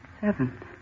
Seven